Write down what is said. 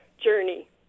journey